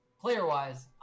player-wise